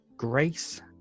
Grace